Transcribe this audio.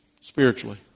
Spiritually